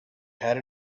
had